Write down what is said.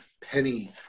Penny